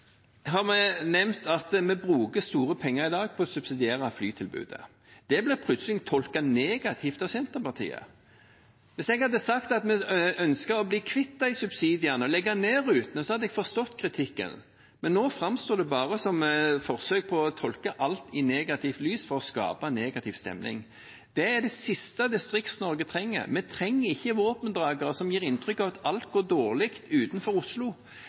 har vi nevnt at vi bruker store penger i dag på å subsidiere flytilbudet. Det ble plutselig tolket negativt av Senterpartiet. Hvis jeg hadde sagt at vi ønsket å bli kvitt de subsidiene og legge ned rutene, hadde jeg forstått kritikken, men nå framstår det bare som et forsøk på å se alt i negativt lys for å skape en negativ stemning. Det er det siste Distrikts-Norge trenger – vi trenger ikke våpendragere som gir inntrykk av at alt går dårlig utenfor Oslo.